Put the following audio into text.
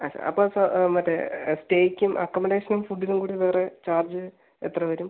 ആ സാർ അപ്പം സാർ മറ്റെ സ്റ്റേയ്ക്കും അക്കോമഡേഷനും ഫുഡിനും കൂടി വേറെ ചാർജ് എത്ര വരും